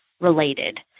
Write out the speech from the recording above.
related